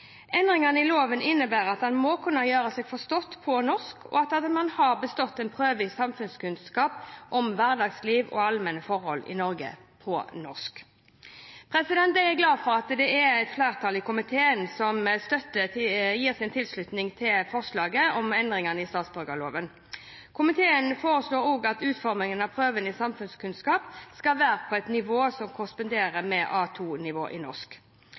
Endringene i loven innebærer at man må kunne gjøre seg forstått på norsk, og at man har bestått en prøve i samfunnskunnskap om hverdagslige og allmenne forhold i Norge – på norsk. Jeg er glad for at flertallet i komiteen har gitt sin tilslutning til de foreslåtte endringene i statsborgerloven. Komiteen foreslår også at utformingen av prøven i samfunnskunnskap skal være på et nivå som korresponderer med A2-nivå i norsk.